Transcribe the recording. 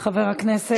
חבר הכנסת יוסף ג'בארין.